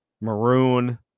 Maroon